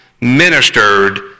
ministered